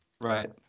right